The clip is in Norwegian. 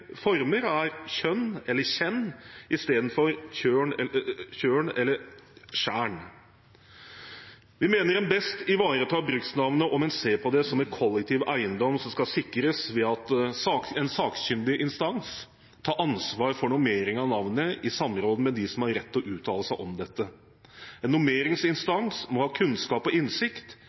former er «tjønn» eller «tjenn» istedenfor «tjørn» eller «tjern». Vi mener en best ivaretar bruksnavnet om en ser på det som en kollektiv eiendom som skal sikres, ved at en sakkyndig instans tar ansvar for normering av navnet i samråd med dem som har rett til å uttale seg om dette. En normeringsinstans må ha kunnskap om og innsikt